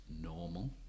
normal